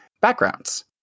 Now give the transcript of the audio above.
backgrounds